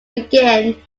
begin